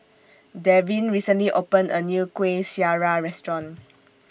Davin recently opened A New Kuih Syara Restaurant